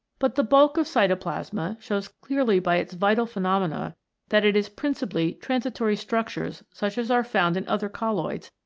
but the bulk of cytoplasma shows clearly by its vital phenomena that it is principally transitory structures such as are found in other colloids,